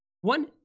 One